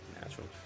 natural